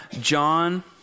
John